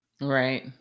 Right